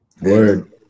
word